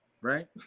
Right